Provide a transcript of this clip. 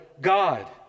God